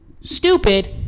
Stupid